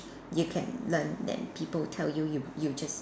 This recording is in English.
you can learn then people tell you you just